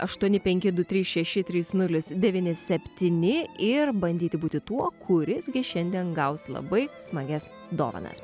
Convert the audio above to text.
aštuoni penki du trys šeši trys nulis devyni septyni ir bandyti būti tuo kuris gi šiandien gaus labai smagias dovanas